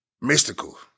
Mystical